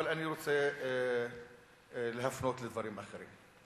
אבל אני רוצה להפנות לדברים אחרים.